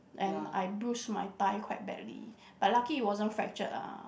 and I bruised my thigh quite badly but lucky it wasn't fractured lah